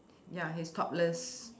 ya he's topless